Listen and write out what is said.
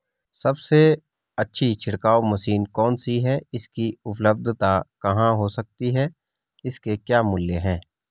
सबसे अच्छी छिड़काव मशीन कौन सी है इसकी उपलधता कहाँ हो सकती है इसके क्या मूल्य हैं?